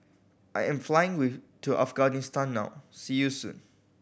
I am flying to Afghanistan now see you soon